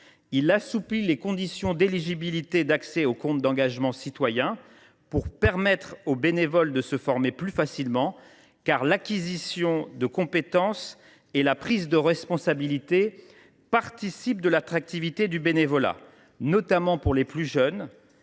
Il assouplit les conditions d’éligibilité d’accès au compte d’engagement citoyen pour permettre aux bénévoles de se former plus facilement, car l’acquisition de compétences et la prise de responsabilités participent de l’attractivité du bénévolat, notamment pour les plus jeunes,